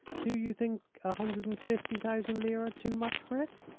do you think a hundred and fifty thousand lira too much for it?